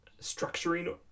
structuring